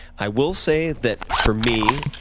i will say that for me,